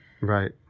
Right